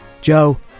Joe